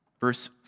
verse